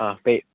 ആ പെയ്